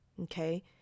Okay